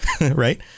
right